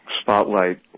spotlight